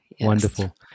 Wonderful